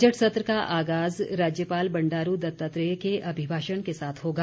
budget सत्र का आगाज़ राज्यपाल बंडारू दत्तात्रेय के अभिभाषण के साथ होगा